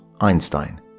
Einstein